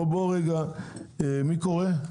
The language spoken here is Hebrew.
מי קורא?